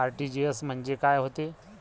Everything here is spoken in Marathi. आर.टी.जी.एस म्हंजे काय होते?